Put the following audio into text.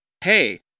hey